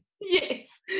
Yes